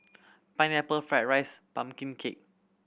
Pineapple Fried rice pumpkin cake